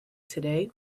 today